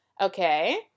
okay